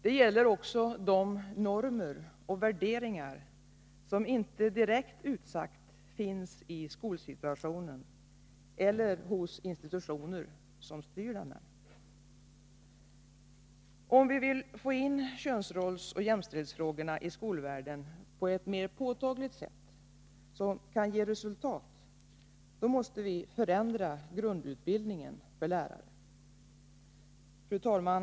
Det gäller också de normer och värderingar som Nr 43 inte direkt utsagt finns i skolsituationen eller hos institutioner som styr Onsdagen den denna. 8 december 1982 Om vi vill få in könsrolls-/jämställdhetsfrågorna i skolvärlden på ett mer påtagligt sätt, som kan ge resultat, då måste vi förändra grundutbildningen Grundläggande för lärare. högskoleutbildning Fru talman!